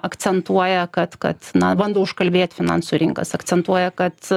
akcentuoja kad kad na bando užkalbėt finansų rinkas akcentuoja kad